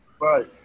Right